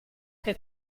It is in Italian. che